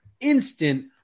instant